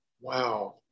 wow